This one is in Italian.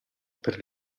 per